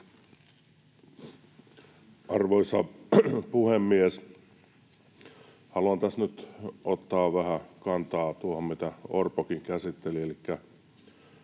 Arvoisa puhemies! Haluan tässä nyt ottaa vähän kantaa tuohon, mitä Orpokin käsitteli.